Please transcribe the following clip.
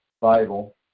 Bible